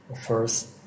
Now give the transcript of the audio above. first